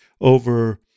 over